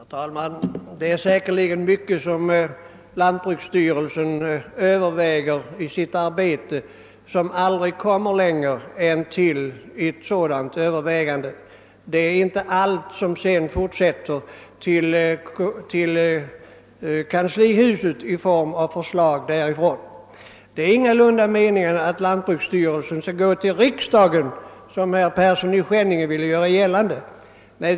Herr talman! Det är säkerligen myc ket som lantbruksstyrelsen överväger i sitt arbete men som aldrig kommer längre än så. Allting går inte vidare till kanslihuset i form av förslag. Det är ingalunda meningen att lantbruksstyrelsen skall gå till riksdagen, som herr Persson i Skänninge ville göra gällande.